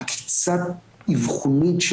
צוהריים טובים.